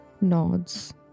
nods